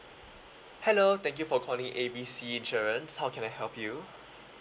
hello thank you for calling A B C insurance how can I help you